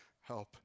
Help